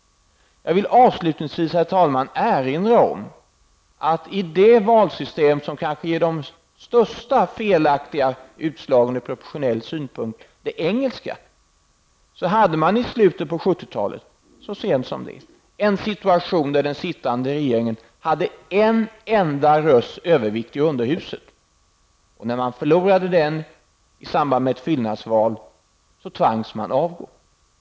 Jag vill avslutningsvis erinra om att i det valsystem som kanske ger de största felaktiga utslagen ur proportionell synpunkt, det engelska, hade man så sent som i slutet av 70-talet en situation där den sittande regeringen hade en enda rösts övervikt i underhuset. När man förlorade den i samband med ett fyllnadsval tvangs man avgå.